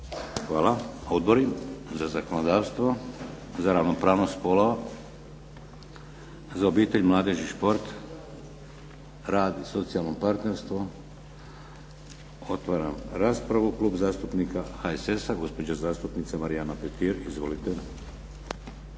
Hvala. Odbori za zakonodavstvo, za ravnopravnost spolova, za obitelj, mladež i šport, rad i socijalno partnerstvo? Otvaram raspravu. Klub zastupnika HSS-a gospođa zastupnica Marijana Petir. Izvolite.